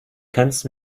kannst